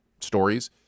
stories